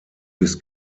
bis